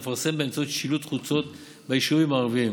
ומפרסמת באמצעות שילוט חוצות ביישובים הערביים,